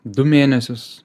du mėnesius